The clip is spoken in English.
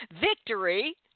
victory